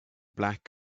black